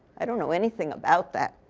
i don't know anything about that.